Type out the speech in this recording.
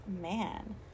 man